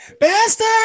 Bastard